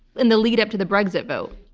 in the lead up to the brexit vote.